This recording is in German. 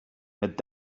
mit